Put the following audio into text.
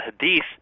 Hadith